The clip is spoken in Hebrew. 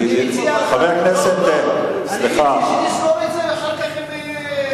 אני מציע שתסגור את זה אחר כך עם יושב-ראש הוועדה.